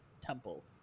Temple